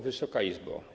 Wysoka Izbo!